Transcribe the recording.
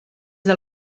del